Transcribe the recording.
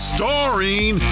Starring